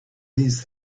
these